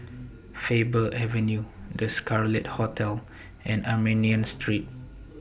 Faber Avenue The Scarlet Hotel and Armenian Street